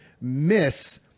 miss